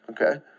okay